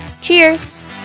Cheers